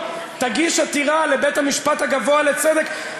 תגיש עתירה לבית-המשפט הגבוה לצדק,